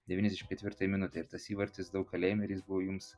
devyniasdešim ketvirtąją minutę ir tas įvartis daug ką lėmė ir jis buvo jums